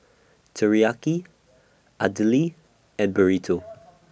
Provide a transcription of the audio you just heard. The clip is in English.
Teriyaki Idili and Burrito